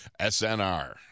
SNR